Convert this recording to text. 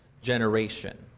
Generation